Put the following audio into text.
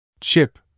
Chip